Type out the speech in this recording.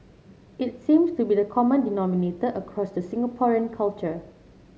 it seems to be the common denominator across the Singaporean culture